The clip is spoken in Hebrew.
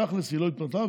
תכלס היא לא התפטרה,